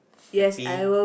happy